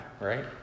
right